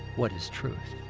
what is truth?